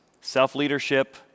self-leadership